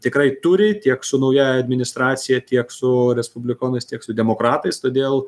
tikrai turi tiek su nauja administracija tiek su respublikonais tiek su demokratais todėl